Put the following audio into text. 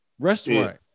Restaurant